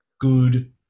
Good